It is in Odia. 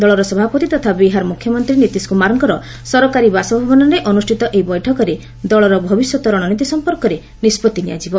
ଦଳର ସଭାପତି ତଥା ବିହାର ମୁଖ୍ୟମନ୍ତ୍ରୀ ନୀତିଶ୍ କୁମାରଙ୍କର ସରକାରୀ ବାସଭବନରେ ଅନୁଷ୍ଠିତ ଏହି ବୈଠକରେ ଦଳର ଭବିଷ୍ୟତ ରଣନୀତି ସମ୍ପର୍କରେ ନିଷ୍ପଭି ନିଆଯିବ